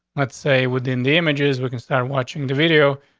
let's say, within damages, we can start watching the video,